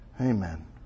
Amen